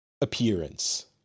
appearance